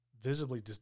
visibly